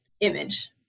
image